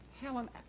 Helen